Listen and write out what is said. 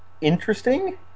interesting